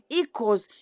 equals